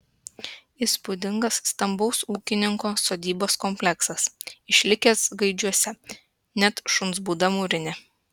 įspūdingas stambaus ūkininko sodybos kompleksas išlikęs gaidžiuose net šuns būda mūrinė